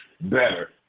better